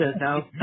no